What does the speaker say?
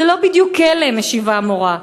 זה לא בדיוק כלא, משיבה המורה.